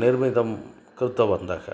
निर्मितं कृतवन्तः